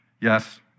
yes